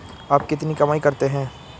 आप कितनी कमाई करते हैं?